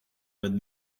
with